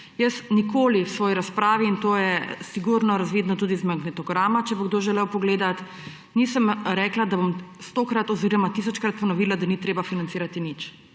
Jaz nikoli v svoji razpravi in to je sigurno razvidno tudi iz magnetograma, če bo kdo želel pogledati, nisem rekla, da bom stokrat oziroma tisočkrat ponovila, da ni treba financirati nič.